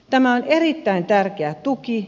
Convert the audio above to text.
tämä on erittäin tärkeä tuki